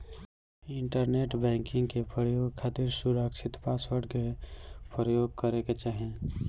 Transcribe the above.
internet banking के प्रयोग खातिर सुरकछित पासवर्ड के परयोग करे के चाही